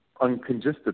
uncongested